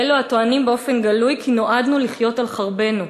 של אלו הטוענים באופן גלוי כי נועדנו לחיות על חרבנו.